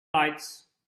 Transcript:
lights